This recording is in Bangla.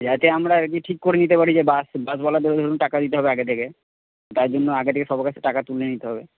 যাতে আমরা আরকি ঠিক করে নিতে পারি যে বাস বাসওয়ালা ধরুন টাকা দিতে হবে আগে থেকে তার জন্য আগে থেকে সবার কাছে টাকা তুলে নিতে হবে